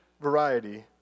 variety